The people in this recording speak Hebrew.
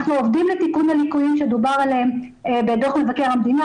אנחנו עובדים לתיקון הליקויים שדובר עליהם בדו"ח מבקר המדינה,